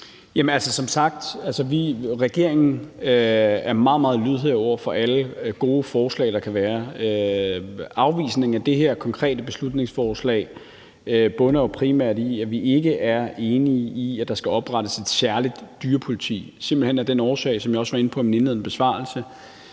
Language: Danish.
Som sagt er regeringen meget, meget lydhør over for alle gode forslag, der kan være. Afvisningen af det her konkrete beslutningsforslag bunder jo primært i, at vi ikke er enige i, at der skal oprettes et særligt dyrepoliti, simpelt hen af den årsag, som jeg også var inde på i min indledende besvarelse,